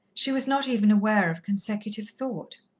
she was not even aware of consecutive thought.